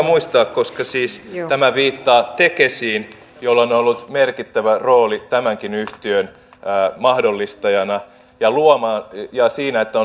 mutta meillä julkinen työnvälitys on se jolla on itse asiassa laaja markkinaosuus kansainvälisesti ajatellen ja joka selvästi osoittaa että se on rekrytointiongelmissa paras